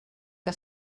què